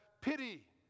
pity